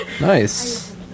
nice